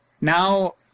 Now